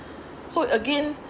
so again